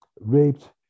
raped